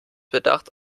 bedacht